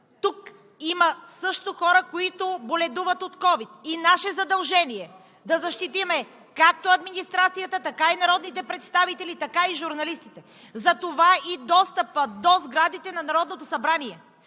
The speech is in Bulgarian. тук също има хора, които боледуват от Ковид, и е наше задължение да защитим както администрацията, така и народните представители, така и журналистите. Затова и достъпът до сградите на Народното събрание